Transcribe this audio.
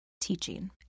teaching